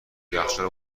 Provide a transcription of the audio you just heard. یخچال